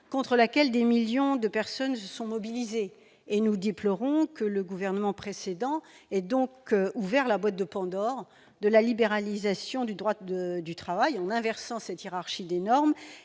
contre laquelle des millions de personnes s'étaient mobilisées. Nous déplorons que le gouvernement précédent ait ouvert la boîte de Pandore de la libéralisation du droit du travail en promouvant cette évolution et en